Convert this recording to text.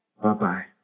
Bye-bye